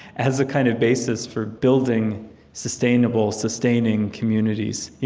as a kind of basis for building sustainable, sustaining communities.